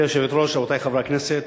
גברתי היושבת-ראש, רבותי חברי הכנסת,